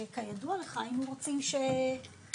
שכידוע לך, היינו רוצים שתשגשג.